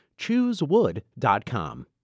Choosewood.com